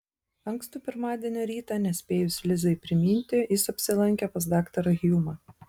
ankstų pirmadienio rytą nespėjus lizai priminti jis apsilankė pas daktarą hjumą